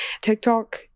tiktok